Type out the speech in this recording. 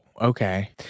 okay